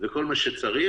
וכל מה שצריך,